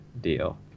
deal